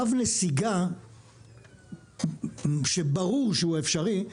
קו נסיגה שברור שהוא אפשרי,